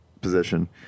position